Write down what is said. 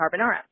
carbonara